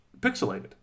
pixelated